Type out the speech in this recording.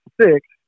six